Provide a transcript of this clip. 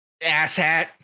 asshat